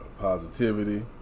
Positivity